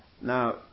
Now